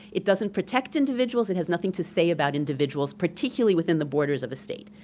it doesn't protect individuals, it has nothing to say about individuals, particularly within the borders of a state.